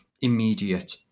immediate